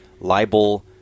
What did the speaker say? libel